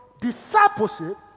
Discipleship